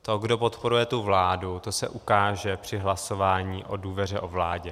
To, kdo podporuje tu vládu, to se ukáže při hlasování o důvěře o vládě.